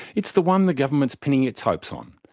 it's the one the government's pinning its hopes on.